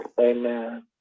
Amen